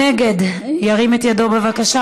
ירים את ידו, בבקשה.